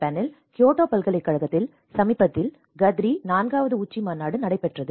ஜப்பானில் கியோட்டோ பல்கலைக்கழகத்தில் சமீபத்தில் GADRI நான்காவது உச்சிமாநாடு நடைபெற்றது